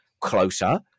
closer